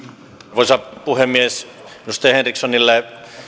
arvoisa puhemies edustaja henrikssonille